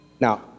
Now